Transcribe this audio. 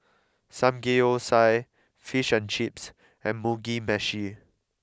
Samgeyopsal Fish and Chips and Mugi Meshi